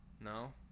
No